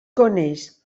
coneix